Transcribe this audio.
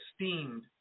esteemed